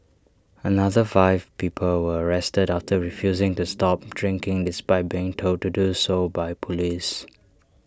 another five people were arrested after refusing to stop drinking despite being told to do so by Police